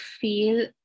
feel